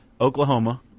Oklahoma